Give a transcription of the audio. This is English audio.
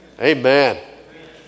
Amen